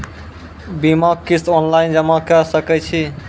बीमाक किस्त ऑनलाइन जमा कॅ सकै छी?